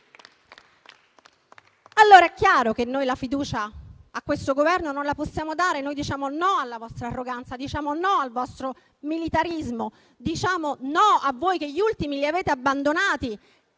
allora, che noi la fiducia a questo Governo non la possiamo dare e che diciamo no alla vostra arroganza, no al vostro militarismo e no a voi che gli ultimi li avete abbandonati,